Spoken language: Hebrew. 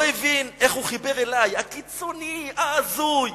לא הבין איך הוא חיבר אלי, הקיצוני, ההזוי,